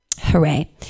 Hooray